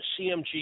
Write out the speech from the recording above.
CMG